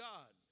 God